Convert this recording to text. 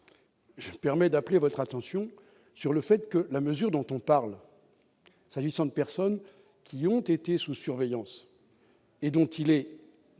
moyens. Permet d'appeler votre attention sur le fait que la mesure dont on parle s'agissant de personnes qui ont été sous surveillance. Et dont il est